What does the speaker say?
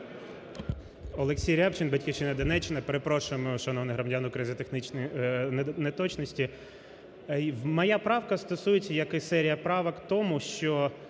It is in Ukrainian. Олексій Рябчин, "Батьківщина", Донеччина. Перепрошуємо шановних громадян України за технічні неточності. Моя правка стосується, як і серія правок, тому, що